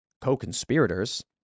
co-conspirators